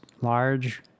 large